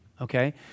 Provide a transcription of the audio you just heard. Okay